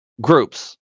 groups